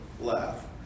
Laugh